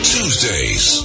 Tuesdays